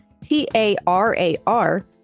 T-A-R-A-R